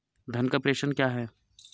धन का प्रेषण क्या है?